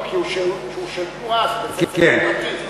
לא, כי הוא של תנועה, זה בית-ספר פרטי למעשה.